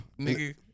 nigga